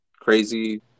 crazy